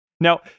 Now